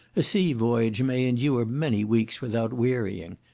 a sea voyage may endure many weeks without wearying.